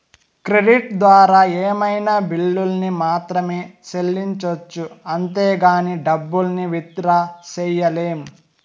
credit ద్వారా ఏమైనా బిల్లుల్ని మాత్రమే సెల్లించొచ్చు అంతేగానీ డబ్బుల్ని విత్ డ్రా సెయ్యలేం